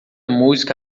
música